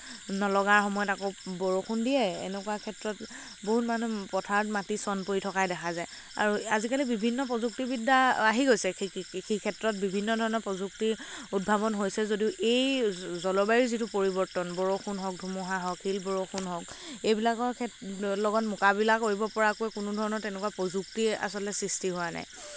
বৰষুণ নলগাৰ সময়ত আকৌ বৰষুণ দিয়ে এনেকুৱা ক্ষেত্ৰত বহুত মানুহ পথাৰত মাটি চন পৰি থকাই দেখা যায় আৰু আজিকালি বিভিন্ন প্ৰযুক্তি বিদ্যা আহি গৈছে কৃষি ক্ষেত্ৰত বিভিন্ন ধৰণৰ প্ৰযুক্তিৰ উদ্ভাৱন হৈছে যদিও এই জলবায়ুৰ যিটো পৰিবৰ্তন বৰষুণ হওঁক ধুমুহা হওঁক শিল বৰষুণ হওঁক এইবিলাকৰ লগত মোকাবিলা কৰিব পৰাকৈ কোনো ধৰণৰ তেনেকুৱা প্ৰযুক্তিয়ে আচলতে সৃষ্টি হোৱা নাই